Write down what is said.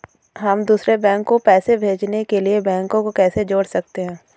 हम दूसरे बैंक को पैसे भेजने के लिए बैंक को कैसे जोड़ सकते हैं?